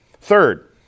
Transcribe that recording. Third